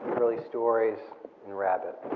early stories and rabbit.